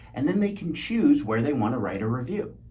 and then they can choose where they want to write a review.